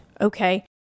okay